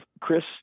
Chris